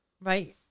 Right